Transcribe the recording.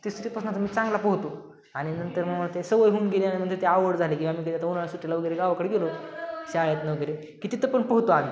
तिसरीपासुनं मी चांगला पोहतो आणि नंतर मग ते सवय होऊन गेली आणि नंतर ती आवड झाली की आम्ही उन्हाळ्याच्या सुट्ट्याना वगैरे गावाकडे गेलो शाळेतून वगैरे की तिथे पण पोहतो आम्ही